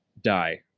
die